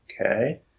okay